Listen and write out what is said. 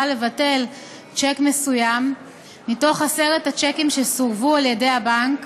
לבטל שיק מסוים מתוך עשרת השיקים שסורבו על-ידי הבנק